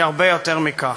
היא הרבה יותר מכך.